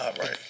right